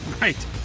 Right